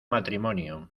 matrimonio